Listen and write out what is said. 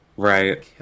Right